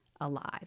alive